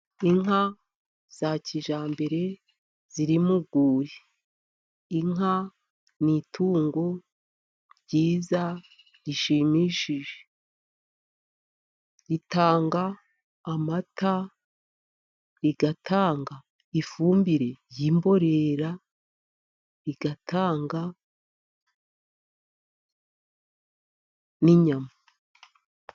Inka za kijyambere ziri mu rwuri. Inka ni itungo ryiza rishimishije. Ritanga amata, rigatanga ifumbire y'imborera, rigatanga n'inyama.